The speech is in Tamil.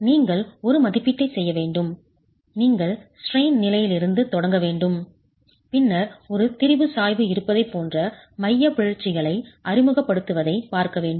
நீங்கள் ஒரு மதிப்பீட்டைச் செய்ய வேண்டும் நீங்கள் ஸ்ட்ரெய்ன் நிலையிலிருந்து தொடங்க வேண்டும் பின்னர் ஒரு திரிபு சாய்வு இருப்பதைப் போன்ற மையப் பிறழ்ச்சிகளை அறிமுகப்படுத்துவதைப் பார்க்க வேண்டும்